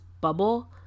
bubble